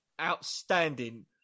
outstanding